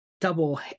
double